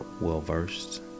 well-versed